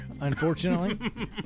unfortunately